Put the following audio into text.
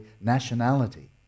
nationality